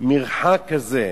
מרחק כזה,